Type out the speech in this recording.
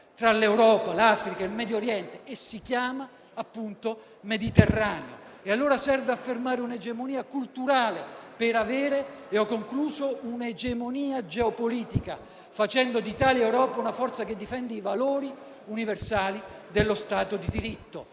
tra l'Europa, l'Africa e il Medio Oriente e si chiama appunto Mediterraneo. E allora serve affermare un'egemonia culturale per avere un'egemonia geopolitica, facendo di Italia ed Europa una forza che difende i valori universali dello Stato di diritto,